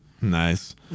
Nice